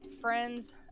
friends